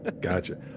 Gotcha